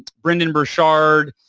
brendon burchard,